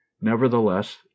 nevertheless